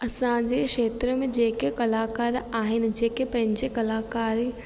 असांजे क्षेत्र में जेके कलाकार आहिनि जेके पंहिंजी कलाकारी